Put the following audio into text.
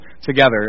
together